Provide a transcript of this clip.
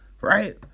right